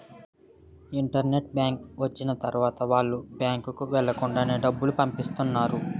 internet bank వచ్చిన తర్వాత వాళ్ళు బ్యాంకుకు వెళ్లకుండా డబ్బులు పంపిత్తన్నారు